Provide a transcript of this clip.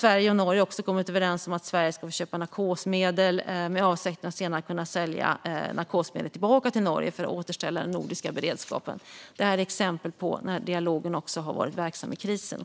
Sverige och Norge har kommit överens om att Sverige ska köpa narkosmedel med avsikten att senare kunna sälja narkosmedel tillbaka till Norge för att återställa den nordiska beredskapen. Det här är exempel på när dialogen och samarbetet har varit verksamma också i krisen.